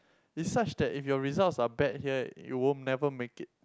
it's such that if your results are bad here you will never make it